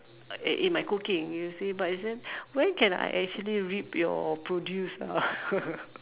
in in my cooking you see but isn't when can I actually rip your produce ah